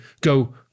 go